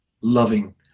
loving